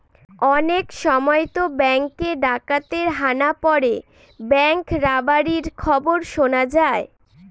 অনেক সময়তো ব্যাঙ্কে ডাকাতের হানা পড়ে ব্যাঙ্ক রবারির খবর শোনা যায়